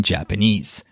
Japanese